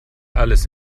alles